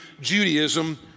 Judaism